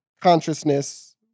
consciousness